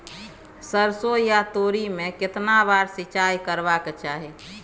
सरसो या तोरी में केतना बार सिंचाई करबा के चाही?